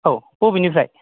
औ बबेनिफ्राय